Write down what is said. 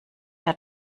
der